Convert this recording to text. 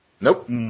Nope